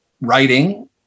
writing